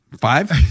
five